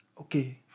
Okay